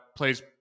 Plays